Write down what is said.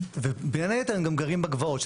ובין היתר הם גם גרים בגבעות,